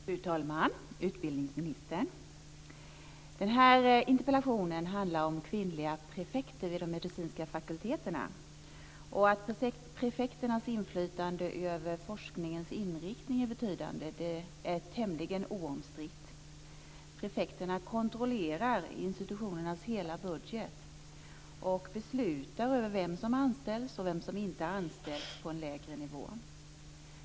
Fru talman! Utbildningsministern! Den här interpellationen handlar om kvinnliga prefekter vid de medicinska fakulteterna. Att prefekternas inflytande över forskningens inriktning är betydande är tämligen oomstritt. Prefekterna kontrollerar institutionernas hela budget och beslutar över vem som anställs och vem som inte anställs på en lägre nivå.